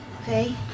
Okay